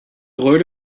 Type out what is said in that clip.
load